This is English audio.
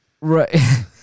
right